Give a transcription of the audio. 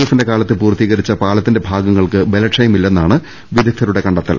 എഫിന്റെ കാലത്ത് പൂർത്തീകരിച്ച പാലത്തിന്റെ ഭാഗങ്ങൾക്ക് ബലക്ഷയമില്ലെന്നാണ് വിദഗ്ദ്ധ രുടെ കണ്ടെത്തൽ